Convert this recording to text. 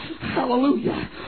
Hallelujah